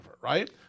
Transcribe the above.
right